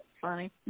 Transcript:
funny